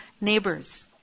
neighbors